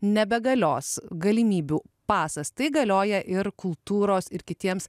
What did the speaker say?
nebegalios galimybių pasas tai galioja ir kultūros ir kitiems